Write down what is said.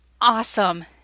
awesome